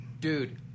Dude